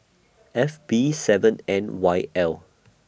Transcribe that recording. F B seven N Y L